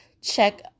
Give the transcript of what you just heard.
check